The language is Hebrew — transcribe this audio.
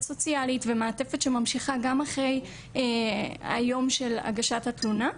סוציאלית ומעטפת שממשיכה גם אחרי היום של הגשת התלונה,